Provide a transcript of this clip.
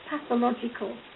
pathological